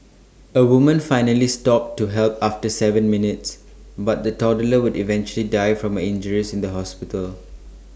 A woman finally stopped to help after Seven minutes but the toddler would eventually die from injuries in the hospital